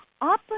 up